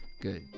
Good